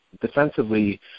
defensively